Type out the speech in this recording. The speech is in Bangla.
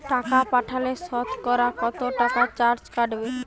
টাকা পাঠালে সতকরা কত টাকা চার্জ কাটবে?